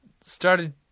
started